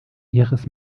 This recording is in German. ihres